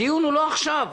הדיון הוא לא עכשיו.